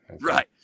right